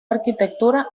arquitectura